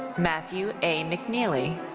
matthew a. mcneeley.